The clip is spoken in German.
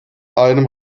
einem